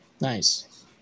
Nice